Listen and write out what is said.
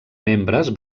membres